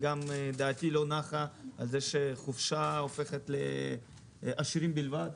גם דעתי לא נחה על זה שחופשה הופכת לעשירים בלבד.